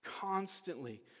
Constantly